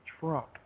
Trump